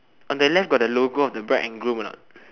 on the left got the logo of the bride and groom or not